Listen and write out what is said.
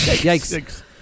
Yikes